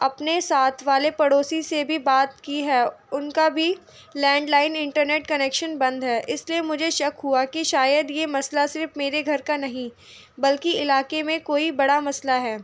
اپنے ساتھ والے پڑوسی سے بھی بات کی ہے ان کا بھی لینڈ لائن انٹرنیٹ کنیکشن بند ہے اس لیے مجھے شک ہوا کہ شاید یہ مسئلہ صرف میرے گھر کا نہیں بلکہ علاقے میں کوئی بڑا مسئلہ ہے